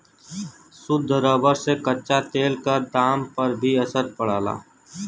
शुद्ध रबर से कच्चा तेल क दाम पर भी असर पड़ला